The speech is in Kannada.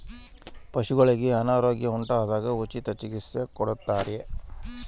ಪಶುಗಳಿಗೆ ಅನಾರೋಗ್ಯ ಉಂಟಾದಾಗ ಉಚಿತ ಚಿಕಿತ್ಸೆ ಕೊಡುತ್ತಾರೆಯೇ?